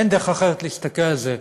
אין דרך אחרת להסתכל על זה,